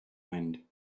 wind